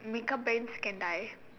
make up brands can die